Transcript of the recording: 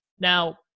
Now